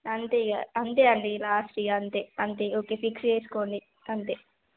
అంతే ఇక అంతే అండి లాస్ట్ ఇక అంతే అంతే ఓకే ఫిక్స్ చేసుకోండి అంతే